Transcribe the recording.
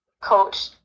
Coach